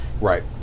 Right